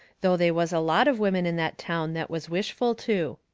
though they was a lot of women in that town that was wishful to.